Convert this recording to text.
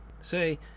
Say